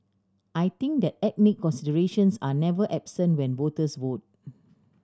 I think that ethnic considerations are never absent when voters vote